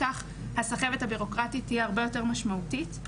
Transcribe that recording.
ואיך אנחנו מקדמים את הזכויות של כל אחת ואחת